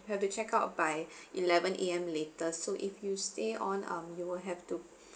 we have to check out by eleven A_M later so if you stay on um you will have to